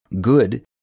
Good